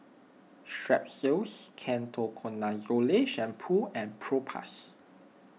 Strepsils Ketoconazole Shampoo and Propass